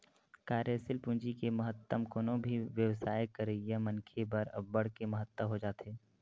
कार्यसील पूंजी के महत्तम कोनो भी बेवसाय करइया मनखे बर अब्बड़ के महत्ता हो जाथे